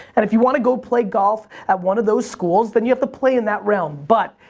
and if you want to go play golf at one of those schools, then you have to play in that realm. but,